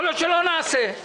יכול להיות שלא נעשה.